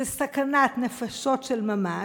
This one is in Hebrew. זה סכנת נפשות של ממש.